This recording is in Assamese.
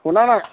শুনা নাই